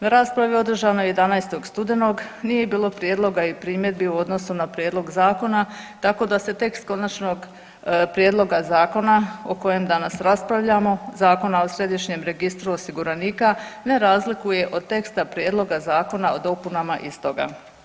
Na raspravi održanoj 11. studenog nije bilo prijedloga i primjedbi u odnosu na prijedlog zakona tako da se tekst konačnog prijedloga zakona o kojem danas raspravljamo, Zakona o središnjem registru osiguranika ne razliku od teksta prijedloga zakona od dopunama istoga.